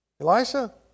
Elisha